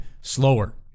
slower